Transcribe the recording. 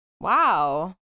Wow